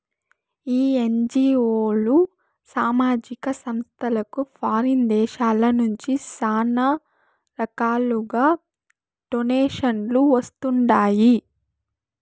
ఈ ఎన్జీఓలు, సామాజిక సంస్థలకు ఫారిన్ దేశాల నుంచి శానా రకాలుగా డొనేషన్లు వస్తండాయి